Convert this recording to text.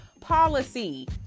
policy